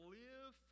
live